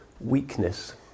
weakness